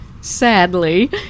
sadly